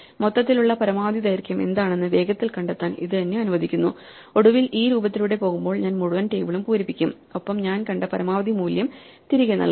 മൊത്തത്തിലുള്ള പരമാവധി ദൈർഘ്യം എന്താണെന്ന് വേഗത്തിൽ കണ്ടെത്താൻ ഇത് എന്നെ അനുവദിക്കുന്നു ഒടുവിൽ ഈ രൂപത്തിലൂടെ പോകുമ്പോൾ ഞാൻ മുഴുവൻ ടേബിളും പൂരിപ്പിക്കും ഒപ്പം ഞാൻ കണ്ട പരമാവധി മൂല്യം തിരികെ നൽകും